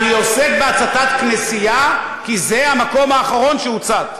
אני עוסק בהצתת כנסייה, כי זה המקום האחרון שהוצת.